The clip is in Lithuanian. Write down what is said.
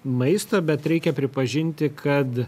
maisto bet reikia pripažinti kad